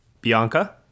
Bianca